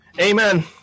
Amen